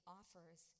offers